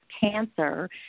cancer